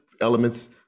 elements